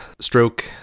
stroke